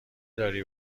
داری